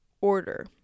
order